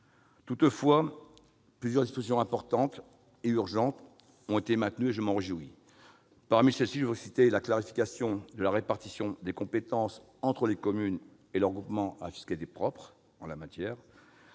Toutefois, plusieurs dispositions importantes et urgentes ont été maintenues, et je m'en réjouis. Je citerai notamment la clarification de la répartition des compétences entre les communes et leurs groupements à fiscalité propre et l'obligation